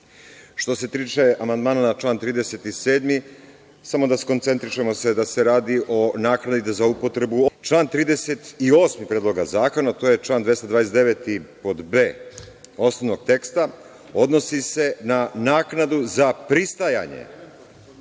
Što se tiče amandmana na član 37, samo da se skoncentrišemo da se radi o naknadi za upotrebu obale. Član 38. Predloga zakona, a to je član 229b osnovnog teksta odnosi se na naknadu za pristajanje.